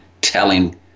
telling